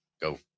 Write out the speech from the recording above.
go